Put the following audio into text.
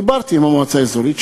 דיברתי עם המועצה האזורית,